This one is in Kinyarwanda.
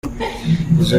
izo